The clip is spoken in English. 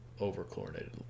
over-chlorinated